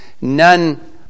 None